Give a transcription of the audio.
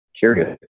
curious